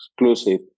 exclusive